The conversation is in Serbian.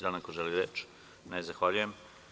Da li neko želi reč? (Ne) Zahvaljujem.